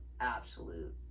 absolute